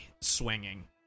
swinging